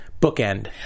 bookend